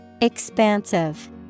Expansive